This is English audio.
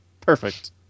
Perfect